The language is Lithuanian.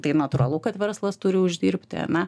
tai natūralu kad verslas turi uždirbti ane